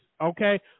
okay